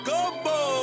Combo